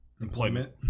Employment